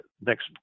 next